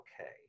okay